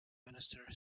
minister